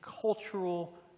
cultural